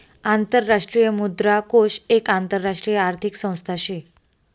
आंतरराष्ट्रीय मुद्रा कोष एक आंतरराष्ट्रीय आर्थिक संस्था शे